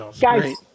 Guys